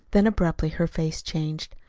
then, abruptly, her face changed.